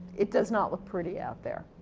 it does not look pretty out there.